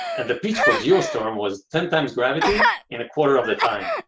and the pitch for geo storm was ten times gravity in a quarter of the time.